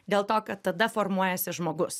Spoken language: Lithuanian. dėl to kad tada formuojasi žmogus